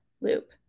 loop